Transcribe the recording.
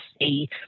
see